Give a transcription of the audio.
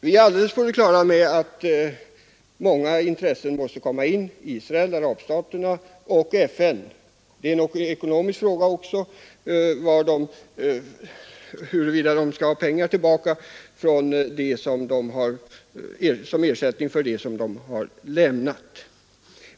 Vi är helt på det klara med att många intressen måste komma in i Israel — arabstaterna och FN. Det är också en ekonomisk fråga — huruvida dessa stater skall ha pengar som ersättning för det som de har lämnat.